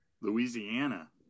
Louisiana